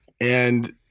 And-